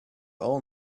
all